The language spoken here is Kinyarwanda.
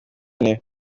ane